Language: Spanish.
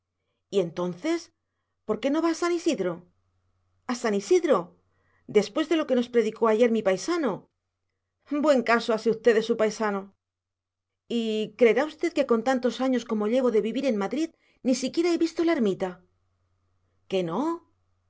y entonces por qué no va a san isidro a san isidro después de lo que nos predicó ayer mi paisano buen caso hase usted de su paisano y creerá usted que con tantos años como llevo de vivir en madrid ni siquiera he visto la ermita que no